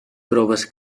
proves